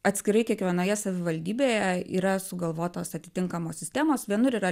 atskirai kiekvienoje savivaldybėje yra sugalvotos atitinkamos sistemos vienur yra